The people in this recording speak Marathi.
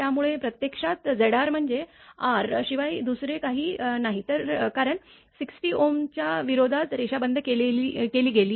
त्यामुळे प्रत्यक्षात Zr म्हणजे R शिवाय दुसरे काहीच नाही कारण 60 च्या विरोधात रेषा बंद केली गेली